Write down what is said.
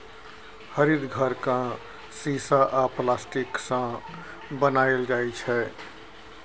हरित घर केँ शीशा आ प्लास्टिकसँ बनाएल जाइ छै